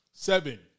Seven